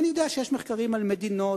ואני יודע שיש מחקרים על מדינות,